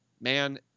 man